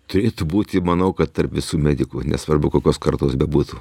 turėtų būti manau kad tarp visų medikų nesvarbu kokios kartos bebūtų